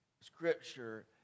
scripture